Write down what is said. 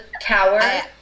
tower